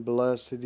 Blessed